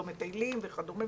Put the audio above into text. לא מטיילים וכדומה,